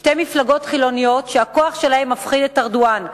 שתי מפלגות חילוניות שהכוח שלהן מפחיד את ארדואן.